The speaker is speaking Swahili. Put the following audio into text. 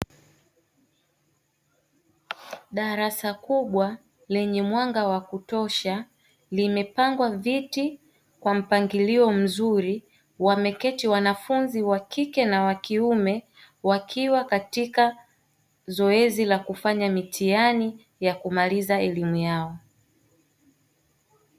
Darasa kubwa lenye mwanga wa kutosha limepangwa viti kwa mpangilio mzuri wameketi wanafunzi wakike na wakiume, wakiwa katika zoezi la kufanya mitihani ya kumaliza elimu yao.